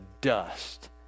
dust